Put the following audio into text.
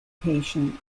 patient